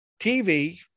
TV